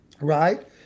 right